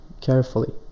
carefully